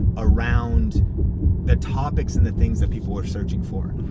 around the topics and the things that people are searching for.